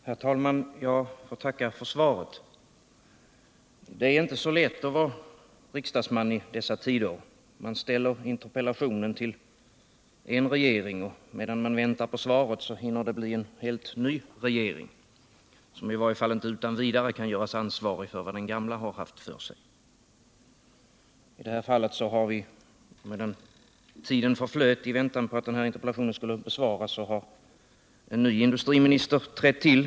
Herr talman! Jag tackar för svaret. Det är inte så lätt att vara riksdagsman i dessa tider. Man framställer en interpellation till en regering, och medan man väntar på svaret hinner det bli en helt ny regering som i varje fall inte utan vidare kan göras ansvarig för vad den gamla haft för sig. I det här fallet har under den tid som förflöt i väntan på att interpellationen skulle besvaras en ny industriminister trätt till.